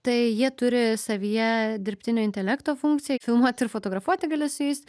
tai jie turi savyje dirbtinio intelekto funkciją filmuot ir fotografuoti gali su jais